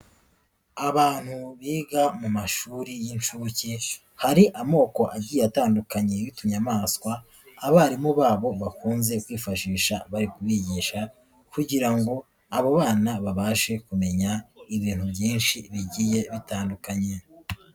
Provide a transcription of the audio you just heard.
Abantu biga mu mashuri y'inshuke, hari amoko agiye atandukanye y'utunyamaswa, abarimu babo bakunze kwifashisha barikubigisha kugira ngo abo bana babashe kumenya ibintu byinshi bigiye bitandukanye.